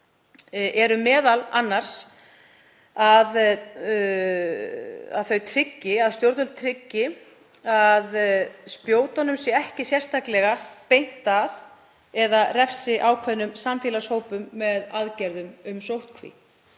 eru m.a. þau að stjórnvöld tryggi að spjótunum sé ekki sérstaklega beint að eða refsi ákveðnum samfélagshópum með aðgerðum um sóttkví.